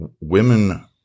women